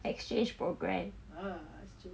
exchange program